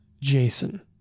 Jason